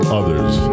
others